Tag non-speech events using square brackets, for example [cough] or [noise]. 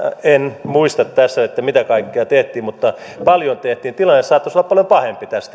en muista tässä että mitä kaikkea tehtiin mutta paljon tehtiin tilanne saattaisi olla paljon pahempi tässä [unintelligible]